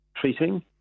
treating